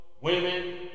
women